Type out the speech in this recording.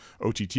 OTT